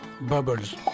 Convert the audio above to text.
bubbles